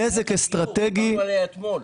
-- דיברנו על זה אתמול.